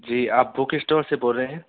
جی آپ book store سے بول رہے ہیں